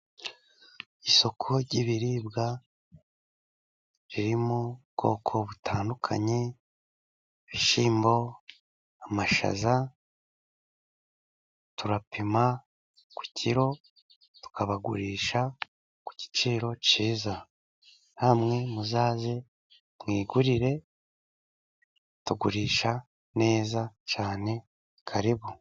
Isoko ry'ibiribwa ririmo ubwoko butandukanye ibishyimbo, amashaza turapima ku kiro tukabagurisha ku giciro cyiza. Namwe muzaze mwigurire tugurisha neza cyane karibu.